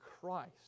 Christ